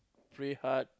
pray hard